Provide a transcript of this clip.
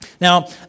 Now